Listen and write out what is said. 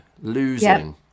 losing